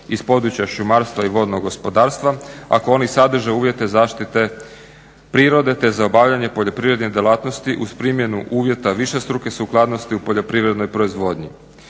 iz područja šumarstva i vodnog gospodarstva ako oni sadrže uvjete zaštite prirode te za obavljanje poljoprivrednih djelatnosti uz primjenu uvjeta višestruke sukladnosti u poljoprivrednoj proizvodnji.